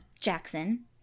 Jackson